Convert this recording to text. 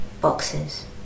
boxes